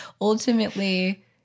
ultimately